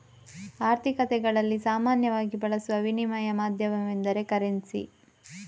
ಆರ್ಥಿಕತೆಗಳಲ್ಲಿ ಸಾಮಾನ್ಯವಾಗಿ ಬಳಸುವ ವಿನಿಮಯ ಮಾಧ್ಯಮವೆಂದರೆ ಕರೆನ್ಸಿ